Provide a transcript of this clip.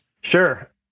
Sure